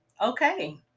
okay